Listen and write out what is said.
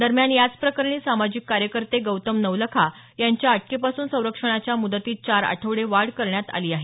दरम्यान याच प्रकरणी सामाजिक कार्यकर्ते गौतम नवलखा यांच्या अटकेपासून संरक्षणाच्या मुदतीत चार आठवडे वाढ करण्यात आली आहे